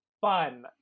fun